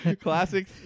Classic